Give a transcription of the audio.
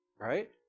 Right